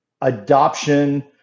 adoption